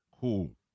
Cool